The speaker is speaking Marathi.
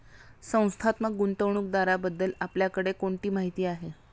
संस्थात्मक गुंतवणूकदाराबद्दल आपल्याकडे कोणती माहिती आहे?